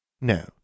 No